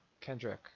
Kendrick